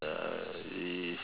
uh if